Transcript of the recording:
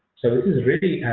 so it is really